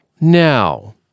now